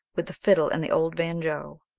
with the fiddle and the old banjo.